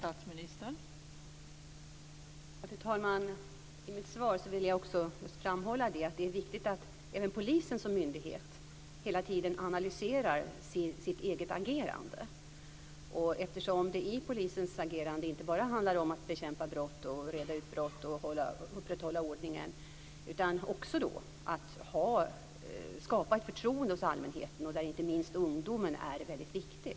Fru talman! I mitt svar vill jag också framhålla att det är viktigt att även polisen som myndighet hela tiden analyserar sitt eget agerande. I polisens agerande handlar det inte bara om att bekämpa brott, reda ut brott och upprätthålla ordningen, utan också om att skapa ett förtroende hos allmänheten - där inte minst ungdomen är väldigt viktig.